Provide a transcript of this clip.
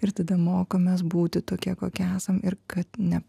ir tada mokomės būti tokie kokie esam ir kad ne